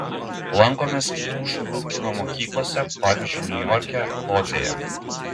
lankomės kitų šalių kino mokyklose pavyzdžiui niujorke lodzėje